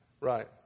Right